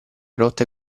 rotte